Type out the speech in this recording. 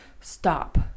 Stop